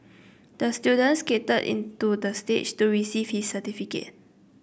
the student skated into the stage to receive his certificate